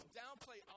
downplay